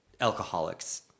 alcoholics